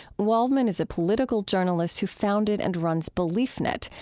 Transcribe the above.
waldman is a political journalist who founded and runs beliefnet,